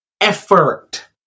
effort